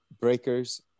breakers